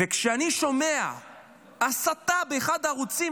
וכשאני שומע הסתה באחד הערוצים,